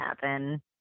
happen